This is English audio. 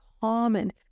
common